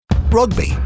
Rugby